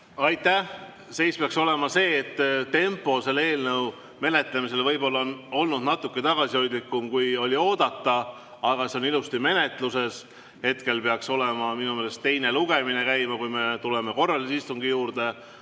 Aitäh! Seis peaks olema selline, et tempo selle eelnõu menetlemisel võib-olla on olnud natuke tagasihoidlikum, kui oli oodata. Aga see on ilusti menetluses. Hetkel peaks minu meelest teine lugemine käima, kui me tuleme korralise istungi juurde.